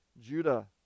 judah